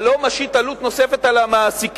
אתה לא משית עלות נוספת על המעסיקים,